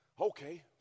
Okay